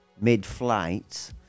mid-flight